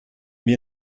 wir